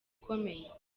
ukomeye